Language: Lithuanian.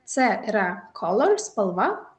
cė yra color spalva